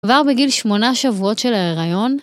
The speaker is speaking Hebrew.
כבר בגיל שמונה שבועות של ההיריון.